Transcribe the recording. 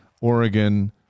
Oregon